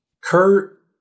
Kurt